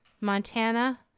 Montana